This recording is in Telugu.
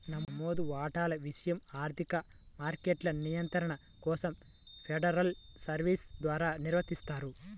నమోదు వాటాల విషయం ఆర్థిక మార్కెట్ల నియంత్రణ కోసం ఫెడరల్ సర్వీస్ ద్వారా నిర్వహిస్తారు